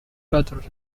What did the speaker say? brother